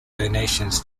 donations